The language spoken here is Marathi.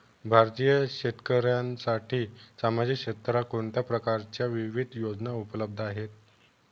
भारतीय शेतकऱ्यांसाठी सामाजिक क्षेत्रात कोणत्या प्रकारच्या विविध योजना उपलब्ध आहेत?